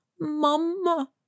Mama